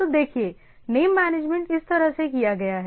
तो देखिए name management इस तरह से किया गया है